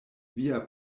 via